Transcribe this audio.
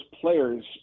players